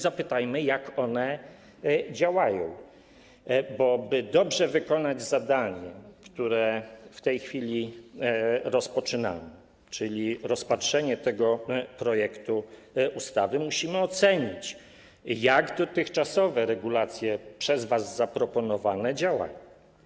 Zapytajmy, jak one działają, bo aby dobrze wykonać zadanie, które w tej chwili rozpoczynamy, czyli rozpatrzenie tego projektu ustawy, musimy ocenić, jak dotychczasowe regulacje przez was zaproponowane działają.